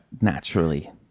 naturally